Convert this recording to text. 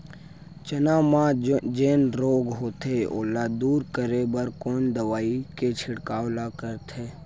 चना म जेन रोग होथे ओला दूर करे बर कोन दवई के छिड़काव ल करथे?